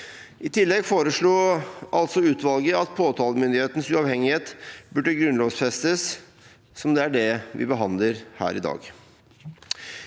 I tillegg foreslo altså utvalget at påtalemyndighetens uavhengighet burde grunnlovfestes, som er det vi behandler her i dag.